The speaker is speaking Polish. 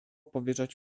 powierzać